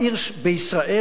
עיר בישראל,